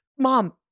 Mom